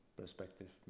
perspective